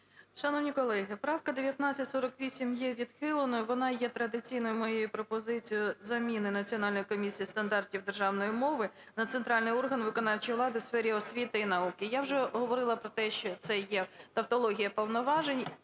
Шановні колеги, правка 1948 є відхиленою. Вона є традиційною моєю пропозицією заміни Національної комісії стандартів державної мови на центральний орган виконавчої влади у сфері освіти і науки. Я вже говорила про те, що це є тавтологія повноважень.